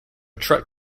truck